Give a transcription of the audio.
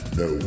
no